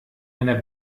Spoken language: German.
einer